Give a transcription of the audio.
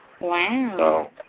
Wow